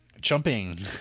Jumping